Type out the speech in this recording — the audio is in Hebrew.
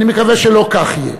אני מקווה שלא כך יהיה.